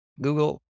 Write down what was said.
Google